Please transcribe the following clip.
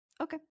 Okay